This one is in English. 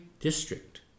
district